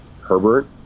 Herbert